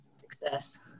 success